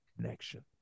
connection